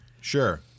sure